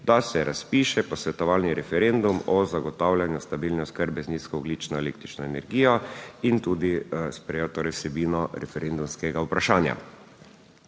da se razpiše posvetovalni referendum o zagotavljanju stabilne oskrbe z nizkoogljično električno energijo in tudi sprejel torej vsebino referendumskega vprašanja.